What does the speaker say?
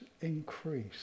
increase